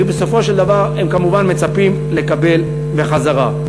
ובסופו של דבר הם כמובן מצפים לקבל בחזרה.